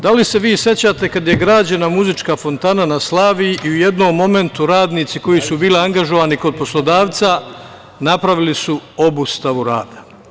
Da li se vi sećate kada je građena muzička fontana na Slaviji i u jednom momentu radnici koji su bili angažovani kod poslodavca napravili su obustavu rada?